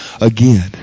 again